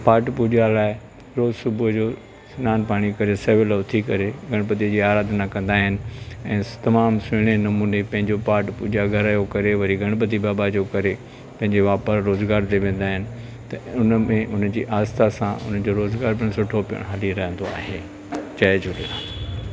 पाठ पूजा लाइ रोज सुबुहु जो सनानु पाणी करे सवेल उथी करे गणपति जी अराधना कंदा आहिनि तमामु सुहिणे नमूने पंहिंजो पाठ पूजा घर जो करे वरी गणपति बाबा जो करे पंहिंजे वापार जो रोजगार ते वेंदा आहिनि त उनमें उनजी आस्था सां उन्हनि जो रोज़गारु पिण सुठो पिण हली रहंदो आहे जय झूलेलाल